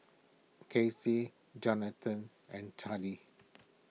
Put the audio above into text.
Casey Johnathan and Charle